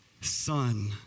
son